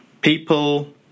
people